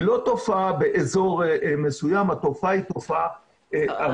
היא לא תופעה באזור מסוים, התופעה היא ארצית.